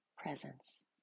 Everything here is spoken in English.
presence